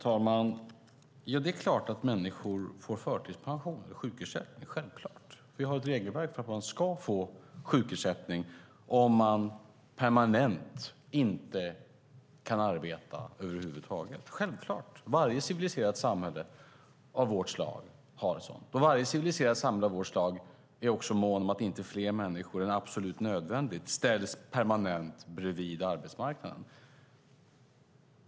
Herr talman! Det är klart att människor får förtidspension och sjukersättning - det är självklart! Vi har ett regelverk för att man ska få sjukersättning om man permanent inte kan arbeta över huvud taget. I varje civiliserat samhälle av vårt slag är man också mån om att inte fler människor än absolut nödvändigt ställs permanent bredvid arbetsmarknaden.